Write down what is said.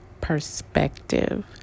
perspective